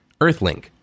Earthlink